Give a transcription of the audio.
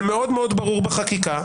זה מאוד מאוד ברור בחקיקה,